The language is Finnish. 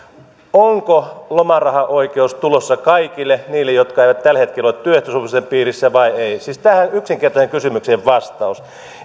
onko lomarahaoikeus tulossa kaikille niille jotka eivät tällä hetkellä ole työehtosopimusten piirissä vai ei siis tähän yksinkertaiseen kysymykseen vastaus